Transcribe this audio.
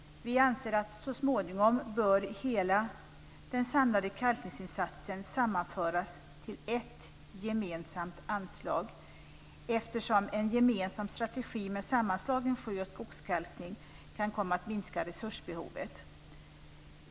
Vi anser att så småningom bör hela den samlade kalkningsinsatsen sammanföras till ett gemensamt anslag, eftersom en gemensam strategi med sammanslagen sjö och skogskalkning kan komma att minska resursbehovet.